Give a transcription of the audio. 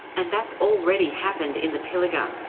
and that's already happened in the pilliga.